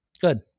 good